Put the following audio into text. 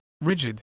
rigid